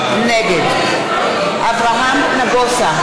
נגד אברהם נגוסה,